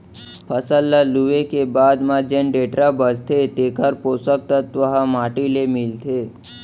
फसल ल लूए के बाद म जेन डेंटरा बांचथे तेकर पोसक तत्व ह माटी ले मिलथे